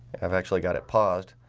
i've actually got it paused.